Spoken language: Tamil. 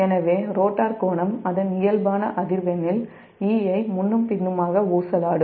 எனவே ரோட்டார் கோணம் அதன் இயல்பான அதிர்வெண்ணில் e ஐ முன்னும் பின்னுமாக ஊசலாடும்